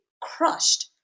crushed